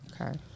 Okay